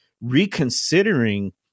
reconsidering